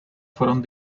fueron